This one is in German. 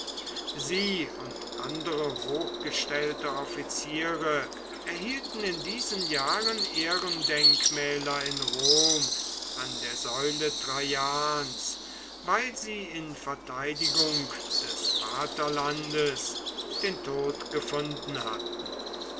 sie und andere hochgestellte offiziere erhielten in diesen jahren ehrendenkmäler in rom an der säule traians weil sie in verteidigung des vaterlandes den tod gefunden hatten